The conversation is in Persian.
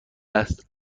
است